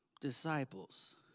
disciples